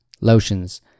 lotions